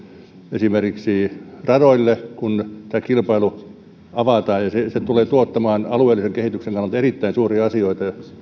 radoille kun kilpailu avataan se tulee tuottamaan alueellisen kehityksen kannalta erittäin suuria asioita